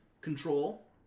Control